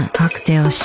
cocktail